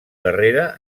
darrere